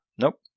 Nope